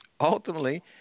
ultimately